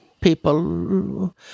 people